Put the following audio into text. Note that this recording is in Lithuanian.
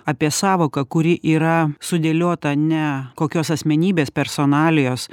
apie sąvoką kuri yra sudėliota ne kokios asmenybės personalijos